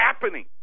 happening